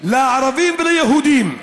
לערבים וליהודים.